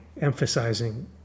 emphasizing